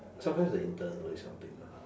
sometimes the intern is helping lah